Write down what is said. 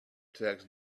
tax